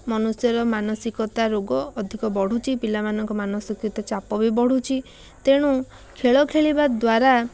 ମନୁଷ୍ୟର ମାନସିକତା ରୋଗ ଅଧିକ ବଢ଼ୁଛି ପିଲାମାନଙ୍କ ମାନସିକତା ଚାପ ବି ବଢ଼ୁଛି ତେଣୁ ଖେଳ ଖେଳିବା ଦ୍ୱାରା